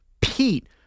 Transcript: Pete